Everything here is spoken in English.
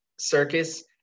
circus